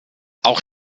auch